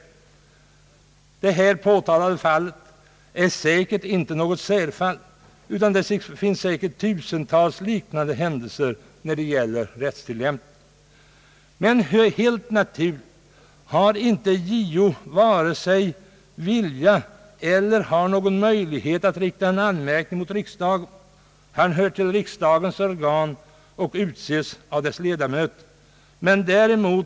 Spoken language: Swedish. Det här påtalade fallet är säkert inte något särfall. Det finns när det gäller rättstillämpningen säkerligen tusentals liknande fall, men helt naturligt har inte JO vare sig vilja eller möjlighet att rikta någon anmärkning mot riksdagen; JO hör till riksdagens organ och utses av dess ledamöter.